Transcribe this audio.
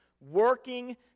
working